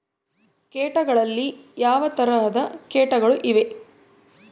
ಕೇಟಗಳಲ್ಲಿ ಯಾವ ಯಾವ ತರಹದ ಕೇಟಗಳು ಇವೆ?